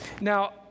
Now